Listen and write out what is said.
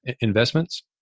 investments